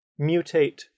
mutate